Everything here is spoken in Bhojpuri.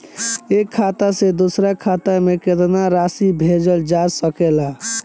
एक खाता से दूसर खाता में केतना राशि भेजल जा सके ला?